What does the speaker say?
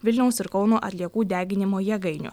vilniaus ir kauno atliekų deginimo jėgainių